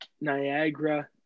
Niagara